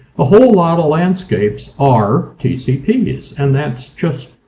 a whole lot of landscapes are tcps and that's just.